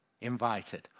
invited